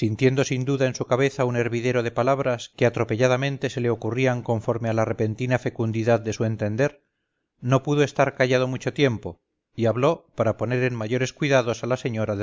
sintiendo sin duda en su cabeza un hervidero de palabras que atropelladamente se le ocurrían conforme a la repentina fecundidad de su entender no pudo estar callado mucho tiempo y hablópara poner en mayores cuidados a la señora